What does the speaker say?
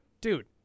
Dude